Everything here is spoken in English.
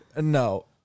No